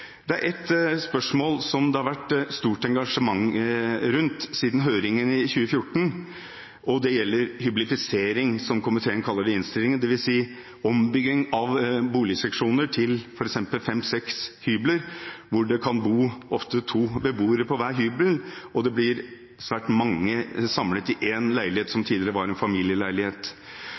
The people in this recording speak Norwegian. Det er ett spørsmål som det har vært stort engasjement rundt siden høringen i 2014, og det gjelder hyblifisering, som komiteen kaller det i innstillingen, dvs. ombygging av boligseksjoner til f.eks. fem–seks hybler, der det kan bo ofte to beboere på hver hybel og det blir svært mange samlet i én leilighet som tidligere var en familieleilighet,